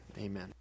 amen